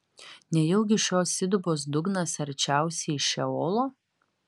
nejaugi šios įdubos dugnas arčiausiai šeolo